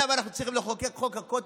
למה אנחנו צריכים לחוקק את חוק הכותל?